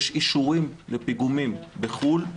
יש אישורים לפיגומים בחו"ל,